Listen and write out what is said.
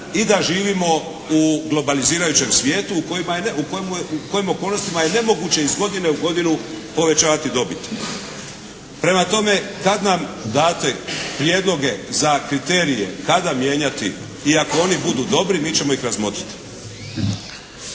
i da živimo u globalizirajućem svijetu u kojim okolnostima je nemoguće iz godinu u godinu povećavati dobit. Prema tome, kad nam date prijedloge za kriterije kada mijenjati i ako oni budu dobri mi ćemo ih razmotriti.